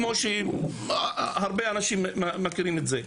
כמו שהרבה אנשים מכירים את זה.